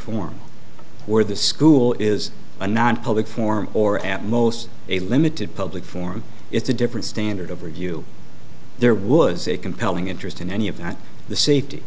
forum where the school is a nonpublic form or at most a limited public forum it's a different standard of review there wuz a compelling interest in any of that the safety